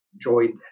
Joined